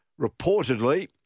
reportedly